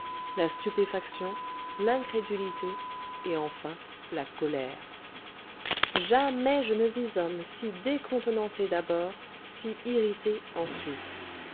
la stupéfaction l'incrédulité et enfin la colère jamais je ne vis homme si décontenancé d'abord si irrité ensuite